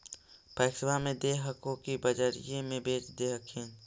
पैक्सबा मे दे हको की बजरिये मे बेच दे हखिन?